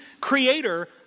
creator